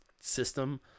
system